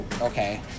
Okay